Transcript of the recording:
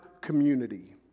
community